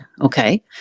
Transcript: okay